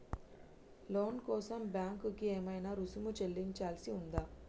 లోను కోసం బ్యాంక్ కి ఏమైనా రుసుము చెల్లించాల్సి ఉందా?